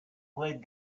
played